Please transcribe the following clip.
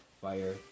fire